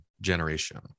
generation